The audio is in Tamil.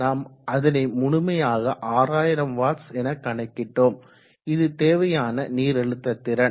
நாம் அதனை முழுமையாக 6000 வாட்ஸ் என கணக்கிட்டோம் இது தேவையான நீரழுத்த திறன்